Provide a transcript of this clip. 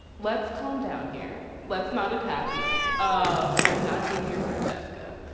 let's come down here. let's not attack me. um i'm not hey, we're francheska